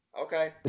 Okay